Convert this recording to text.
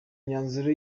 myanzuro